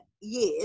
years